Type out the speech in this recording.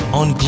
on